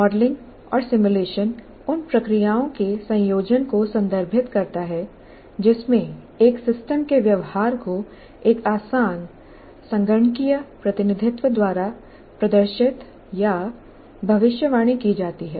modelling और simulation उन प्रक्रियाओं के संयोजन को संदर्भित करता है जिसमें एक सिस्टम के व्यवहार को एक आसान संगणकीय प्रतिनिधित्व द्वारा प्रदर्शित या भविष्यवाणी की जाती है